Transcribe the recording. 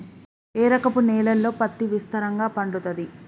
ఏ రకపు నేలల్లో పత్తి విస్తారంగా పండుతది?